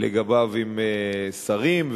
לגביו עם שרים,